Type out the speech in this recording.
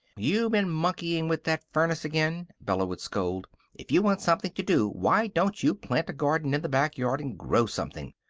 you been monkeying with that furnace again! bella would scold if you want something to do, why don't you plant a garden in the back yard and grow something?